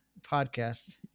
podcast